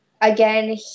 again